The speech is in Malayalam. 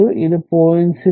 കണ്ടു ഇത് 0